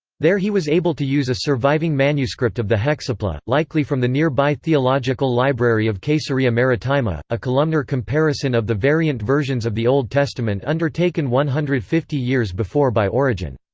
there he was able to use a surviving manuscript of the hexapla, likely from the nearby theological library of caesarea maritima, a columnar comparison of the variant versions of the old testament undertaken one hundred and fifty years before by origen.